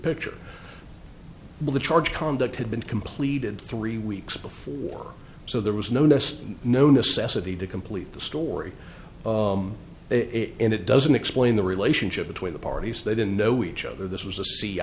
picture of the charge conduct had been completed three weeks before so there was no yes no necessity to complete the story and it doesn't explain the relationship between the parties they don't know each other this was a c